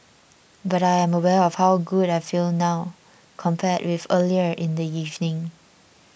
but I am aware of how good I feel now compared with earlier in the evening